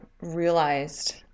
realized